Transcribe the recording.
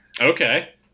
Okay